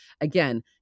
again